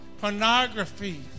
pornography